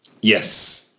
Yes